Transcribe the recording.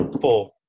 Four